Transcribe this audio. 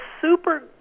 super